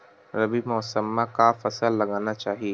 रबी मौसम म का फसल लगाना चहिए?